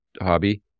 hobby